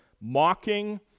mocking